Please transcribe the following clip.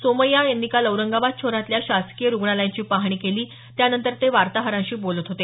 सोमय्या यांनी काल औरंगाबाद शहरातल्या शासकीय रुग्णालयांची पाहणी केली त्यानंतर ते वार्ताहरांशी बोलत होते